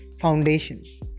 foundations